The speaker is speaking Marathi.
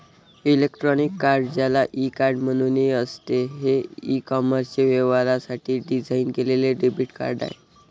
इलेक्ट्रॉनिक कार्ड, ज्याला ई कार्ड म्हणूनही असते, हे ई कॉमर्स व्यवहारांसाठी डिझाइन केलेले डेबिट कार्ड आहे